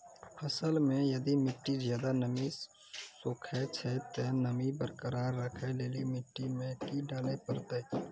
फसल मे यदि मिट्टी ज्यादा नमी सोखे छै ते नमी बरकरार रखे लेली मिट्टी मे की डाले परतै?